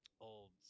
old